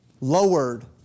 lowered